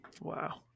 wow